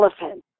elephant